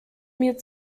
mir